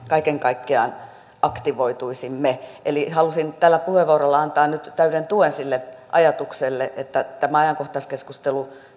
kaiken kaikkiaan aktivoituisimme eli halusin tällä puheenvuorolla antaa nyt täyden tuen sille ajatukselle että tämä ajankohtaiskeskustelu